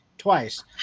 twice